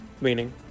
Meaning